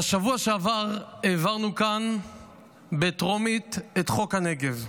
בשבוע שעבר העברנו כאן בטרומית את חוק הנגב.